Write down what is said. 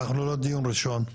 ואנחנו לא בדיון ראשון,